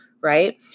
right